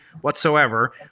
whatsoever